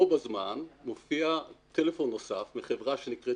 בו בזמן מופיע טלפון נוסף מחברה שנקראת